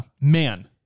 man